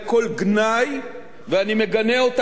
ואני מגנה אותה כאן בתוקף.